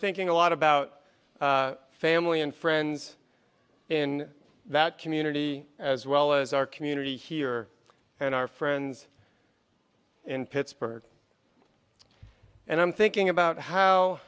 thinking a lot about family and friends in that community as well as our community here and our friends in pittsburgh and i'm thinking about how